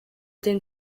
den